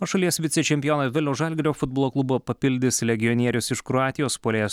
o šalies vicečempioną vilniaus žalgirio futbolo klubą papildys legionierius iš kroatijos puolėjas